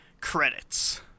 credits